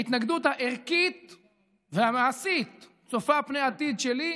ההתנגדות הערכית והמעשית, צופה פני עתיד, שלי,